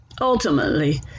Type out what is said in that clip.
Ultimately